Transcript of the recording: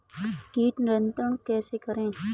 कीट नियंत्रण कैसे करें?